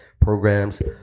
Programs